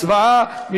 הצבעה.